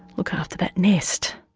look after that nest